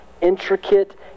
intricate